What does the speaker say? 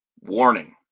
Warning